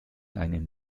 einem